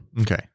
Okay